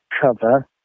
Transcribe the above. cover